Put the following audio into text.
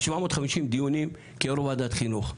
750 דיונים כיו"ר וועדת חינוך,